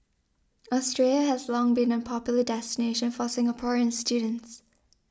Australia has long been a popular destination for Singaporean students